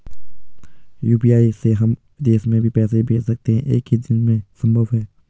UPI से हम विदेश में भी पैसे भेज सकते हैं एक ही दिन में संभव है?